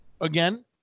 again